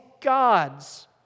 gods